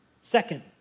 Second